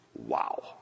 wow